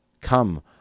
Come